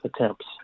attempts